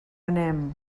anem